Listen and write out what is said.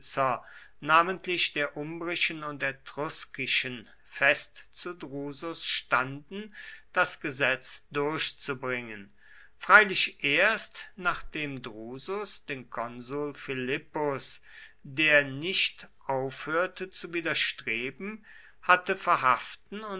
namentlich der umbrischen und etruskischen fest zu drusus standen das gesetz durchzubringen freilich erst nachdem drusus den konsul philippus der nicht aufhörte zu widerstreben hatte verhaften